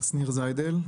שניר זיידל,